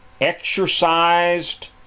exercised